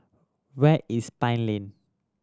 where is Pine Lane